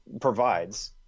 provides